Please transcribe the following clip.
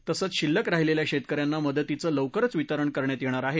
तसंच शिल्लक राहीलेल्या शेतकऱ्यांना मदतीचे लवकरच वितरण करण्यात येणार आहे